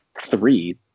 three